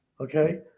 okay